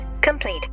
complete